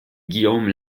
guillaume